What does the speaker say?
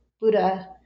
Buddha